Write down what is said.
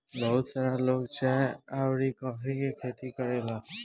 बहुत सारा लोग चाय अउरी कॉफ़ी के खेती करेला